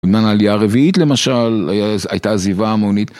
מהעלייה הרביעית למשל, הייתה עזיבה המונית.